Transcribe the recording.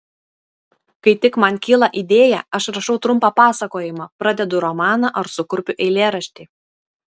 kai tik man kyla idėja aš rašau trumpą pasakojimą pradedu romaną ar sukurpiu eilėraštį